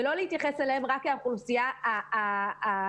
ולא להתייחס אליהם רק כאוכלוסייה החלשה,